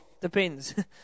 depends